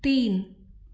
तीन